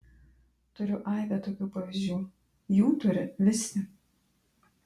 turiu aibę tokių pavyzdžių jų turi visi